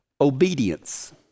obedience